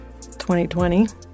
2020